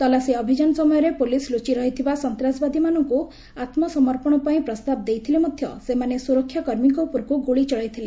ତଲାସି ଅଭିଯାନ ସମୟରେ ପୁଲିସ୍ ଲୁଚି ରହିଥିବା ସନ୍ତାସବାଦୀମାନଙ୍କୁ ଆତ୍ମସର୍ମଣ ପାଇଁ ପ୍ରସ୍ତାବ ଦେଇଥିଲେ ମଧ୍ୟ ସେମାନେ ସ୍ୱରକ୍ଷା କର୍ମୀଙ୍କ ଉପରକୁ ଗୁଳି ଚଳାଇଥିଲେ